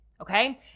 okay